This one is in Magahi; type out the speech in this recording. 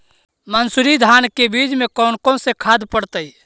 मंसूरी धान के बीज में कौन कौन से खाद पड़तै?